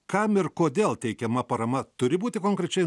kam ir kodėl teikiama parama turi būti konkrečiai